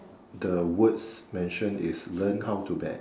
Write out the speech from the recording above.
the words mentioned is learn how to bet